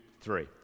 three